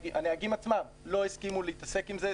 הנהגים עצמם לא הסכימו להתעסק עם זה,